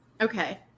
Okay